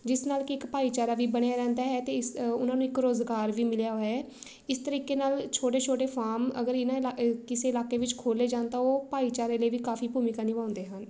ਜਿਸ ਨਾਲ ਕਿ ਇੱਕ ਭਾਈਚਾਰਾ ਵੀ ਬਣਿਆ ਰਹਿੰਦਾ ਹੈ ਅਤੇ ਇਸ ਉਹਨਾਂ ਨੂੰ ਇੱਕ ਰੋਜ਼ਗਾਰ ਵੀ ਮਿਲਿਆ ਹੋਇਆ ਹੈ ਇਸ ਤਰੀਕੇ ਨਾਲ ਛੋਟੇ ਛੋਟੇ ਫਾਮ ਅਗਰ ਇਹਨਾਂ ਇਲਾ ਕਿਸੇ ਇਲਾਕੇ ਵਿੱਚ ਖੋਲ੍ਹੇ ਜਾਣ ਤਾਂ ਉਹ ਭਾਈਚਾਰੇ ਲਈ ਵੀ ਕਾਫੀ ਭੂਮਿਕਾ ਨਿਭਾਉਂਦੇ ਹਨ